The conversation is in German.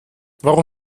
warum